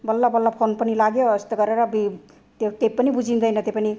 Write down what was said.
बल्ल बल्ल फोन पनि लाग्यो यस्तो गरेर त्यो त्यो पनि बुझिँदैन त्यो पनि